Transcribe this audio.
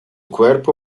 cuerpo